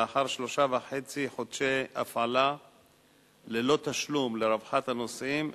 לאחר שלושה וחצי חודשי הפעלה ללא תשלום לרווחת הנוסעים,